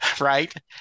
Right